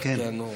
כן, כן, נו.